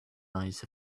eyes